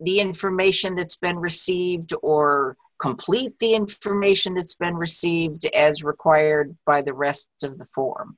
the information that's been received or complete the information that's been received as required by the rest of the form